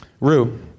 Rue